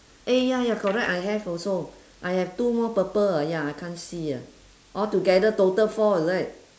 eh ya ya correct I have also I have two more purple uh ya I can't see eh all together total four is it